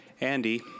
Andy